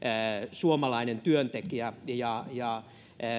suomalainen työntekijä ja ja